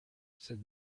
said